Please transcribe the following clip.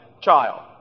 child